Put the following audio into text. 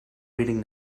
reading